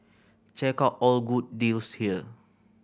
check out all good deals here